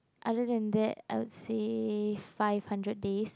other than that I will save five hundred days